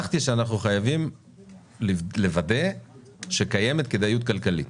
פתחתי שאנחנו חייבים לוודא שקיימת כדאיות כלכלית,